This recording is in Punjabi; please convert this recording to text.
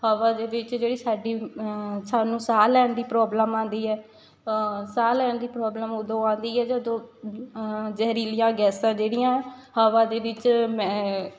ਹਵਾ ਦੇ ਵਿੱਚ ਜਿਹੜੀ ਸਾਡੀ ਸਾਨੂੰ ਸਾਹ ਲੈਣ ਦੀ ਪ੍ਰੋਬਲਮ ਆਉਂਦੀ ਹੈ ਸਾਹ ਲੈਣ ਦੀ ਪ੍ਰੋਬਲਮ ਉਦੋਂ ਆਉਂਦੀ ਹੈ ਜਦੋਂ ਜ਼ਹਿਰੀਲੀਆਂ ਗੈਸਾਂ ਜਿਹੜੀਆਂ ਹਵਾ ਦੇ ਵਿੱਚ ਮੈ